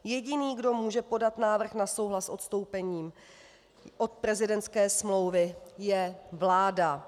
Jediný, kdo může podat návrh na souhlas s odstoupením od prezidentské smlouvy, je vláda.